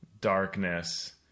darkness